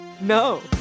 No